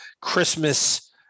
Christmas